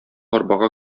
арбага